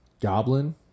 Goblin